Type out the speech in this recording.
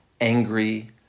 angry